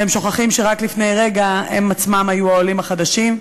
והם שוכחים שרק לפני רגע הם עצמם היו העולים החדשים.